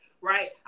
right